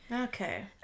Okay